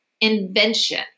invention